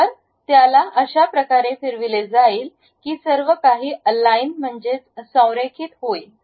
तर त्याला अशा प्रकारे फिरवले जाईल की सर्व काही अलाईन म्हणजेच संरेखित होईल